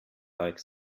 like